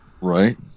right